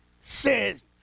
says